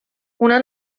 una